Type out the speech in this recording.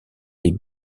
les